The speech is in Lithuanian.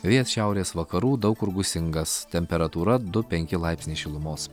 vėjas šiaurės vakarų daug kur gūsingas temperatūra du penki laipsniai šilumos